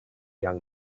young